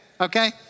okay